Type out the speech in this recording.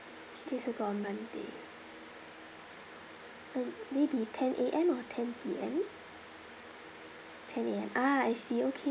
call on monday uh maybe ten A_M or ten P_M ten A_M ah I see okay